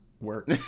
work